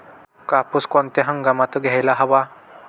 कापूस कोणत्या हंगामात घ्यायला हवा?